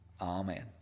Amen